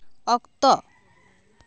ᱚᱠᱛᱚ